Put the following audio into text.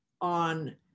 on